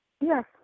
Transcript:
Yes